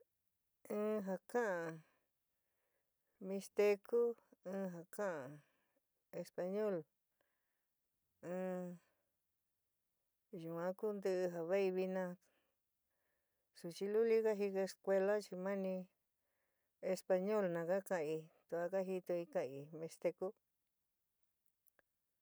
In ja ka'an mixtecu, in ja ka'án español, in yuan ku ntiɨ ja vaí vɨna, suchɨluli ka jika escuela chi mani españolna ka kaan'ií tua ka jitoí kaan'ií mixtecú.